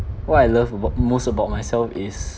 what I love about most about myself is